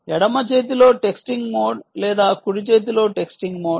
ఎడమ చేతిలో texting mode లేదా కుడి చేతిలో టెక్స్టింగ్ మోడ్